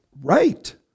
Right